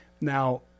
Now